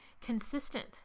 consistent